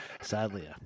Sadly